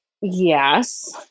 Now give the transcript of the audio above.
Yes